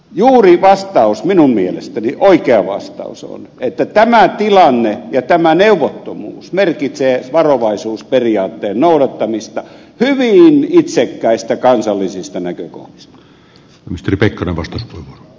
juuri vastaus minun mielestäni oikea vastaus on että tämä tilanne ja tämä neuvottomuus merkitsee varovaisuusperiaatteen noudattamista hyvin itsekkäistä kansallisista näkökohdista